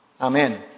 Amen